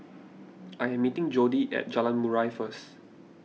I am meeting Jodi at Jalan Murai first